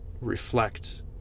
reflect